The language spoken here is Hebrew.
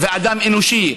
אדם אנושי,